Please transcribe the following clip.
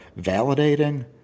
validating